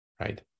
right